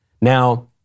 Now